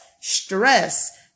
stress